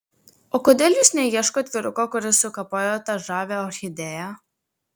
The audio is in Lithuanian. o kodėl jūs neieškot vyruko kuris sukapojo tą žavią orchidėją